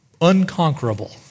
unconquerable